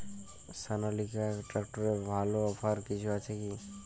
সনালিকা ট্রাক্টরে ভালো অফার কিছু আছে কি?